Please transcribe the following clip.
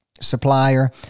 supplier